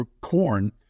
corn